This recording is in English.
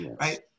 right